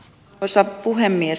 arvoisa puhemies